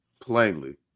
plainly